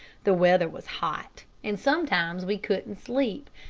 the weather was hot and sometimes we couldn't sleep,